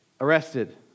arrested